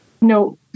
No